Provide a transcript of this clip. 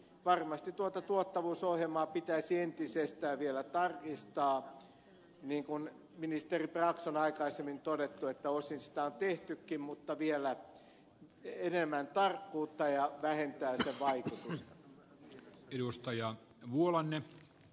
varmasti tuota tuottavuusohjelmaa pitäisi entisestään vielä tarkistaa niin kuin ministeri brax on aikaisemmin todennut että osin sitä on tehtykin mutta vielä enemmän tarkkuutta ja vähentäen sen vaikutusta